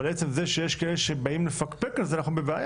אבל עצם זה שבאים לפקפק על זה אנחנו בבעיה.